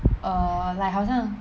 err like 好像